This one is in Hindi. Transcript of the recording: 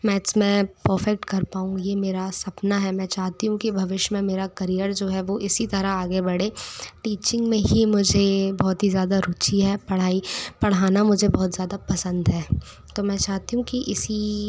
मैथ्स में पोफेक्ट कर पाऊँ ये मेरा सपना है मैं चाहती हूँ कि भविष्य में मेरा करियर जो है वो इसी तरह आगे बढ़े टीचिंग में ही मुझे बहुत ही ज़्यादा ररुचि है पढ़ाई पढ़ाना मुझे बहुत ज्यादा पसंद है तो मैं चाहती हूँ कि इसी